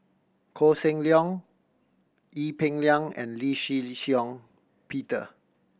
Koh Seng Leong Ee Peng Liang and Lee Shih Shiong Peter